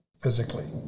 physically